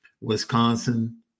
Wisconsin